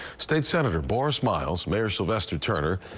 state senator boris miles, mayor sylvestre turner,